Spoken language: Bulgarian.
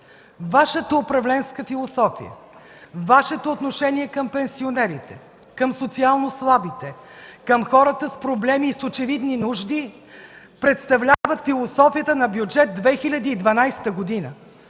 Вашата управленска философия, Вашето отношение към пенсионерите, към социално слабите, към хората с проблеми и с очевидни нужди представлява философията на Бюджет 2012 г.!